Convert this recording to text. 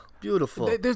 Beautiful